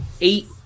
eight